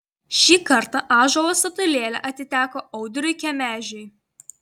šį kartą ąžuolo statulėlė atiteko audriui kemežiui